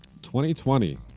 2020